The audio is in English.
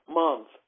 month